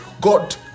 God